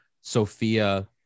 Sophia